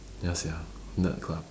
ya sia nerd club